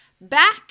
Back